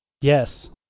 Yes